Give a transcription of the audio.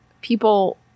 people